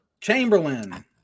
Chamberlain